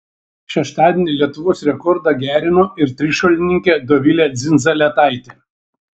šeštadienį lietuvos rekordą gerino ir trišuolininkė dovilė dzindzaletaitė